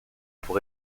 pour